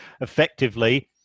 effectively